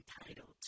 entitled